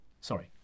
Sorry